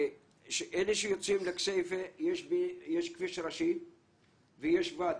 אלה שיוצאים לכסיפה, יש כביש ראשי ויש ואדי.